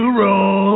roll